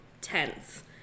tense